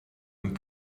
and